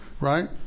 right